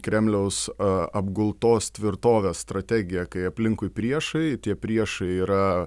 kremliaus apgultos tvirtovės strategija kai aplinkui priešai tie priešai yra